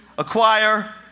acquire